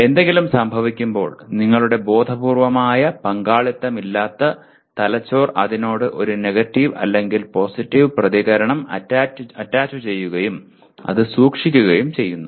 എന്തെങ്കിലും സംഭവിക്കുമ്പോൾ നിങ്ങളുടെ ബോധപൂർവമായ പങ്കാളിത്തമില്ലാത്ത തലച്ചോർ അതിനോട് ഒരു നെഗറ്റീവ് അല്ലെങ്കിൽ പോസിറ്റീവ് പ്രതികരണം അറ്റാച്ചുചെയ്യുകയും അത് സൂക്ഷിക്കുകയും ചെയ്യുന്നു